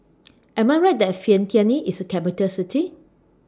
Am I Right that Vientiane IS A Capital City